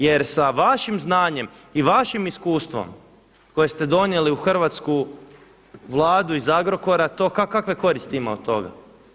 Jer sa vašim znanjem i vašim iskustvom koje ste donijeli u hrvatsku Vladu iz Agrokora to kakve koristi ima od toga.